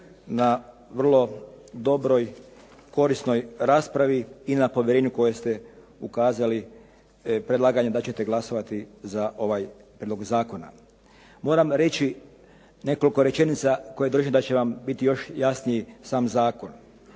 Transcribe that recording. na vrlo dobroj i korisnoj raspravi i na povjerenju koje ste ukazali predlaganjem da ćete glasovati za ovaj prijedlog zakona. Moram reći nekoliko rečenica koje držim da će vam biti još jasniji sam zakon.